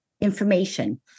information